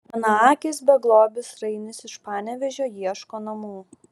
vienaakis beglobis rainis iš panevėžio ieško namų